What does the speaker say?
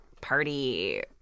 party